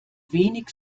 wenig